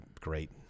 great